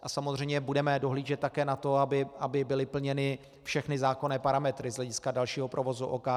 A samozřejmě budeme dohlížet také na to, aby byly plněny všechny zákonné parametry z hlediska dalšího provozu OKD.